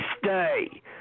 stay